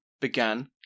began